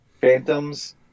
Phantoms